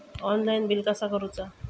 Online bill कसा करुचा?